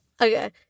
Okay